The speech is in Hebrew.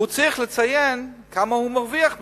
הוא צריך לציין כמה הוא מרוויח מזה.